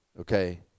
okay